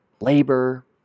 labor